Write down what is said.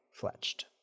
fletched